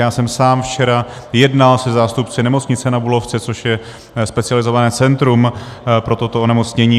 Já jsem sám včera jednal se zástupci Nemocnice na Bulovce, což je specializované centrum pro toto onemocnění.